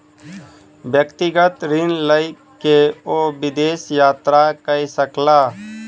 व्यक्तिगत ऋण लय के ओ विदेश यात्रा कय सकला